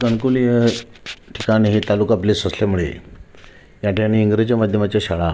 गनकुले ठिकाण हे तालुका प्लेस असल्यामुळे या ठिकाणी इंग्रजी माध्यमाच्या शाळा